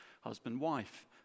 Husband-wife